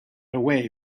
away